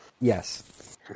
Yes